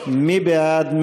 מי בעד,